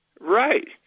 Right